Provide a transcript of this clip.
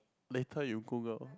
later you Google